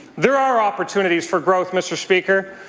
there are opportunities for growth, mr. speaker,